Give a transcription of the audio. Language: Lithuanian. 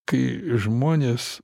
kai žmonės